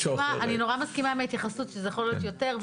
אני נורא מסכימה עם ההתייחסות שזה יכול להיות יותר,